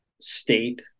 state